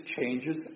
changes